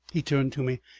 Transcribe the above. he turned to me.